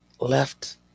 left